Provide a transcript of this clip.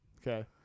Okay